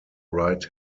right